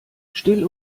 still